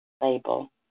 label